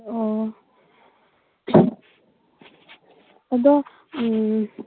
ꯑꯣ ꯑꯗꯣ